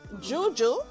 Juju